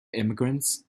emigrants